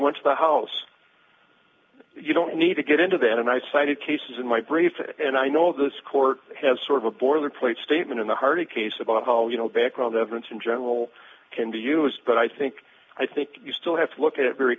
to the house you don't need to get into that and i cited cases in my brief and i know this court has sort of a boilerplate statement in the hardy case about how you know background evidence in general can be used but i think i think you still have to look at very